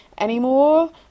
anymore